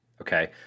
okay